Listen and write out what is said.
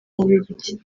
bubiligi